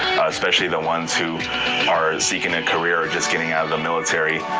especially the ones who are seeking a career or just getting out of the military.